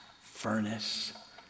furnace